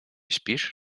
śpisz